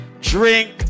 drink